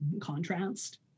contrast